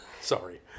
Sorry